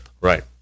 Right